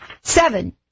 Seven